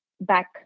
back